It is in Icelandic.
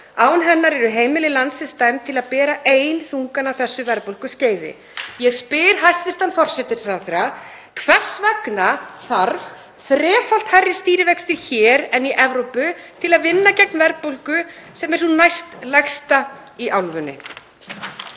Án hennar eru heimili landsins dæmd til að bera ein þungann af þessu verðbólguskeiði. Ég spyr hæstv. forsætisráðherra: Hvers vegna þarf þrefalt hærri stýrivexti hér en í Evrópu til að vinna gegn verðbólgu sem er sú næstlægsta í álfunni?